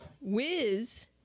Wiz